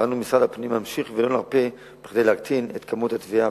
ואנו במשרד הפנים נמשיך ולא נרפה כדי להקטין את מספר הטביעות.